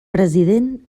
president